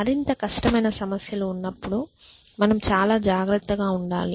మరింత కష్టమైన సమస్యలు ఉన్నపుడు మనం చాలా జాగ్రత్తగా ఉండాలి